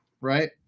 right